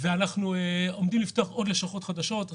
אנחנו עומדים לפתוח עוד לשכות חדשות,